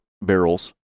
barrels